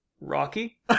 rocky